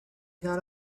gone